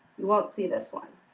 you won't see this one.